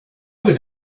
would